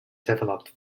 developed